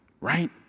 right